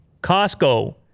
Costco